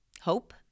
hope